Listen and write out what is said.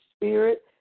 spirit